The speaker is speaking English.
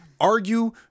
argue